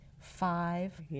five